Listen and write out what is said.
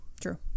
True